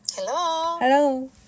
Hello